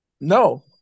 no